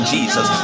Jesus